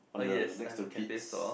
oh yes I have a cafe store